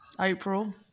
April